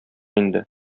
инде